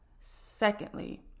Secondly